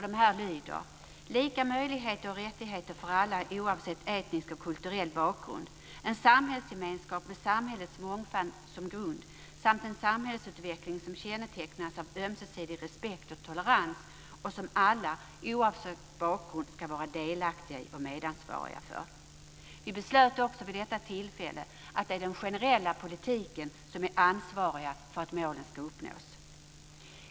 De lyder: Lika möjligheter och rättigheter för alla oavsett etnisk och kulturell bakgrund, en samhällsgemenskap med samhällets mångfald som grund samt en samhällsutveckling som kännetecknas av ömsesidig respekt och tolerans och som alla, oavsett bakgrund, ska vara delaktiga i och medansvariga för. Vi beslöt också vid detta tillfälle att det är den generella politiken som är ansvarig för att målen ska uppnås.